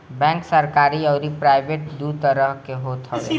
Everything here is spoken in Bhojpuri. बैंक सरकरी अउरी प्राइवेट दू तरही के होत हवे